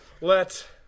let